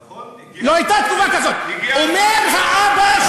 נכון, הגיע הזמן, הגיע הזמן.